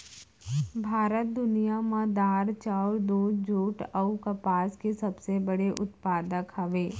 भारत दुनिया मा दार, चाउर, दूध, जुट अऊ कपास के सबसे बड़े उत्पादक हवे